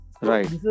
right